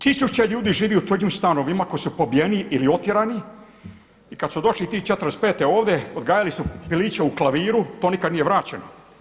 Tisuće ljudi živi u tuđim stanovima koji su pobijeni ili otjerani i kada su došli ti '45. ovdje odgajali su piliće u klaviru, to nikad nije vraćeno.